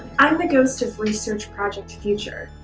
i'm the ghost of research projects future.